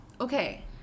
Okay